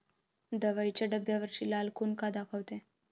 दवाईच्या डब्यावरची लाल खून का दाखवते?